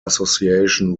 association